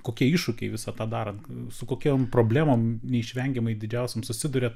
kokie iššūkiai visą tą darant su kokiom problemom neišvengiamai didžiausiom susiduriat